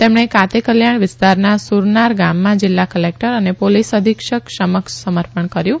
તેમણે કાતેકલ્યાણ વિસ્તારના સુરનાર ગામમાં જીલ્લા કલેકટર અને પોલીસ અધિક્ષક સમર્પણ કર્યુ